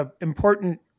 important